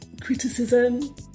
criticism